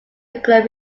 regular